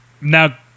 Now